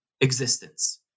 existence